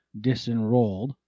disenrolled